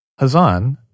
Hazan